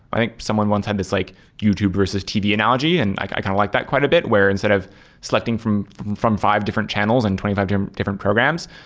i think someone once had this this like youtube versus tv analogy, and i kind of like that quite a bit, where instead of selecting from from five different channels and twenty five different different programs,